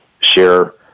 share